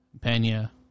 Pena